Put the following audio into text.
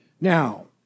now